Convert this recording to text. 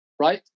right